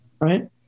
Right